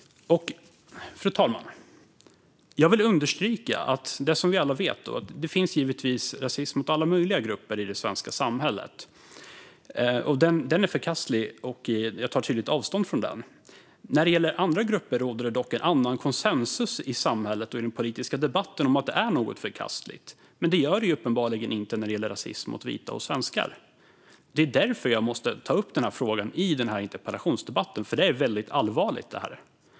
Fru talman! Jag vill understryka att det, som vi alla vet, givetvis finns rasism mot alla möjliga grupper i det svenska samhället. Den är förkastlig, och jag tar tydligt avstånd från den. När det gäller andra grupper råder det dock en annan konsensus i samhället och i den politiska debatten om att det är något förkastligt. Men det gör det uppenbarligen inte när det gäller rasism mot vita och svenskar. Det är därför som jag måste ta upp denna fråga i denna interpellationsdebatt. Detta är mycket allvarligt.